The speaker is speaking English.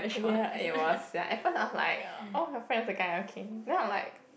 ya eh !wah! sia at first I was like orh your friend's a guy ah okay then I'm like